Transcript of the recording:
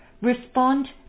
respond